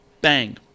Bang